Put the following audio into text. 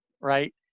right